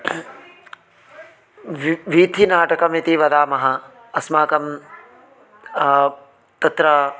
वि वीथीनाटकमिति वदामः अस्माकं तत्र